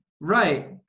right